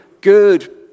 good